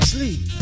Sleep